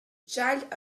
child